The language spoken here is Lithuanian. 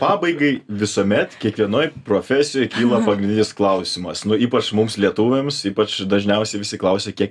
pabaigai visuomet kiekvienoj profesijoj kyla pagrindinis klausimas ypač mums lietuviams ypač dažniausiai visi klausia kiek